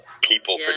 people